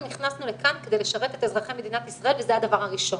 אנחנו נכנסנו לכאן כדי לשרת את אזרחי מדינת ישראל וזה הדבר הראשון.